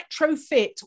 retrofit